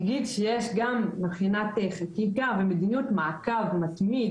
אני אגיד שגם מבחינת חקיקה ומדיניות יש מעקב מתמיד